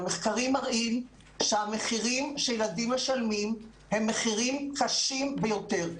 המחקרים מראים שהמחירים שילדים משלמים הם מחירים קשים ביותר.